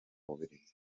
bubiligi